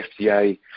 FDA